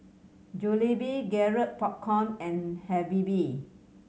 Jollibee Garrett Popcorn and Habibie